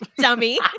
Dummy